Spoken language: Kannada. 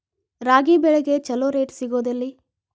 ರಾಗಿ ಬೆಳೆಗೆ ಛಲೋ ರೇಟ್ ಸಿಗುದ ಎಲ್ಲಿ?